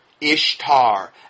Ishtar